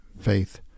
faith